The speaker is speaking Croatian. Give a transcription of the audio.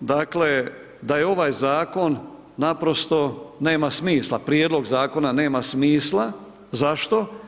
dakle, da je ovaj zakon naprosto nema smisla, prijedlog Zakona nema smisla, zašto?